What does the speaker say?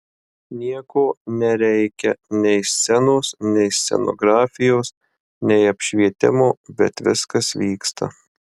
nieko nereikia nei scenos nei scenografijos nei apšvietimo bet viskas vyksta